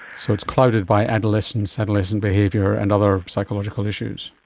so it's clouded by adolescence, adolescent behaviour and other psychological issues.